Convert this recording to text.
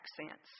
accents